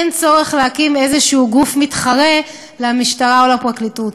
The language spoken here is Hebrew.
אין צורך להקים גוף מתחרה כלשהו במשטרה או בפרקליטות.